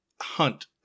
hunt